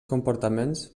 comportaments